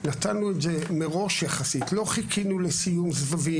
גם נתנו את זה מראש יחסית, לא חיכינו לסיום סבבים.